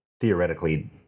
theoretically